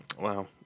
Wow